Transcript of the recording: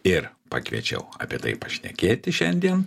ir pakviečiau apie tai pašnekėti šiandien